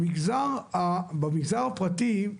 במגזר הפרטי,